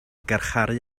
garcharu